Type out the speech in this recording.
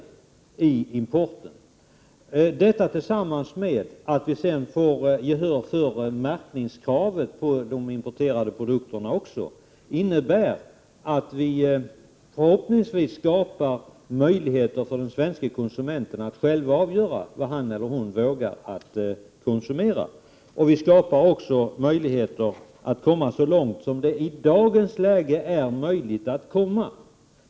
Detta, tillsammans med att vi sedan får gehör för kravet på märkning av de importerade produkterna, innebär att vi förhoppningsvis skapar möjligheter för de svenska konsumenterna att själva avgöra vad de vågar konsumera. Vi skapar också möjligheter att komma så långt som det i dagens läge är möjligt att komma.